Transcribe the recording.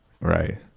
right